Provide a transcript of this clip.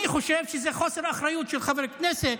אני חושב שזה חוסר אחריות של חבר כנסת